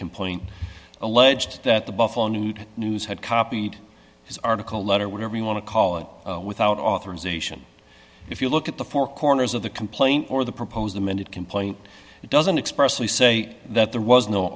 complaint alleged that the buffalo news news had copied his article letter whatever you want to call it without authorization if you look at the four corners of the complaint or the proposed amended complaint it doesn't express we say that there was no